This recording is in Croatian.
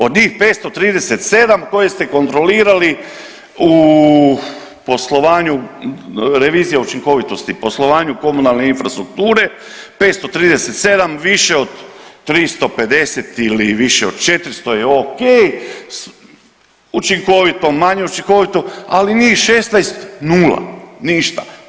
Od njih 537 koje ste kontrolirali u poslovanju revizije učinkovitosti, poslovanju komunalne infrastrukture 537 više od 350 ili više od 400 je o.k. učinkovito, manje učinkovito ali njih 16 nula, ništa.